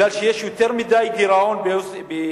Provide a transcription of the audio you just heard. מכיוון שיש גירעון גדול מדי בירכא,